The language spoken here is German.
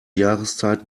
jahreszeit